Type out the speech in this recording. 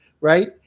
right